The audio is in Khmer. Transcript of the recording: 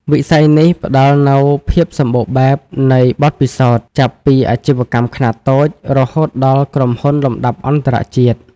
វិស័យនេះផ្ដល់នូវភាពសម្បូរបែបនៃបទពិសោធន៍ ចាប់ពីអាជីវកម្មខ្នាតតូច រហូតដល់ក្រុមហ៊ុនលំដាប់អន្តរជាតិ។